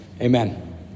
Amen